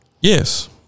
Yes